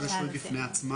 צה"ל הוא רשות בפני עצמה.